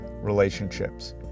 relationships